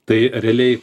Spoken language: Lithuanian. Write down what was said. tai realiai